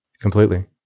Completely